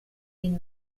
den